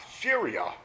Syria